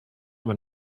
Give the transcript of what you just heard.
when